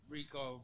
Rico